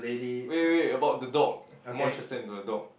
wait wait wait about the dog more interested into the dog